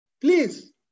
please